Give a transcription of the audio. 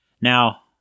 Now